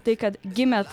tai kad gimėt